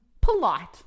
polite